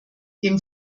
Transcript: dem